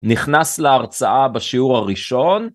נכנס להרצאה בשיעור הראשון.